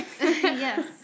Yes